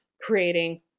creating